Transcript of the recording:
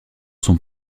son